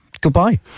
Goodbye